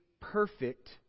perfect